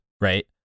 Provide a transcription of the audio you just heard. right